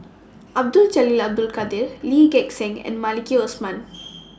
Abdul Jalil Abdul Kadir Lee Gek Seng and Maliki Osman